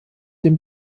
dem